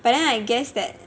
but then I guess that